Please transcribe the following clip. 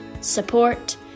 support